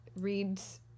Reads